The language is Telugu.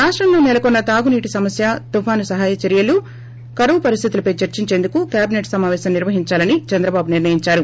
రాష్టంలో నెలకొన్న తాగునీటి సమస్య ితుపాను సహాయక చర్వలు కొరవు పరిస్థితులపై చర్పించేందుకు కేబిసెట్ సమాపేశం నిర్వహించాలని చంద్రబాబు నిర్లయించారు